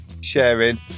sharing